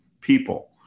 people